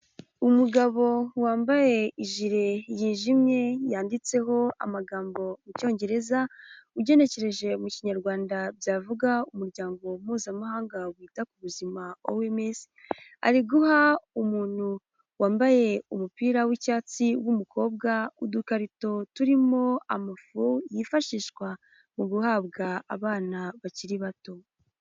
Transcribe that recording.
Umugabo wambaye ijire yijimye yanditseho amagambo mu cyongereza, ugenekereje mu kinyarwanda byavuga umuryango mpuzamahanga wita ku buzima OMS, ari guha umuntu wambaye umupira w'icyatsi w'umukobwa, udukarito turimo amafu yifashishwa mu guhabwa abana bakiri bato.